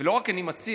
ולא רק אני מציע,